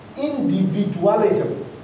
individualism